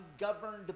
ungoverned